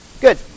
Good